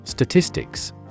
Statistics